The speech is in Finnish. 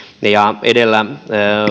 edellä